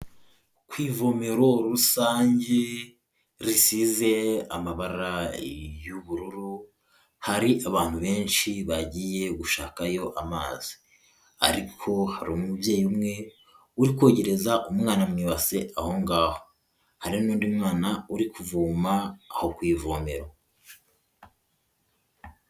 Ku ivomero rusange risize amabara y'ubururu, hari abantu benshi bagiye gushakayo amazi. Ariko hari umubyeyi umwe uri kogereza umwana mu ibase aho ngaho. Hari n'undi mwana uri kuvoma aho ku ivomero.